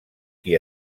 qui